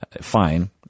fine